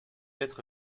être